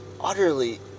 utterly